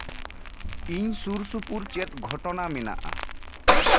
ᱤᱧ ᱥᱩᱨᱼᱥᱩᱯᱩᱨ ᱪᱮᱫ ᱜᱷᱚᱴᱚᱱᱟ ᱢᱮᱱᱟᱜᱼᱟ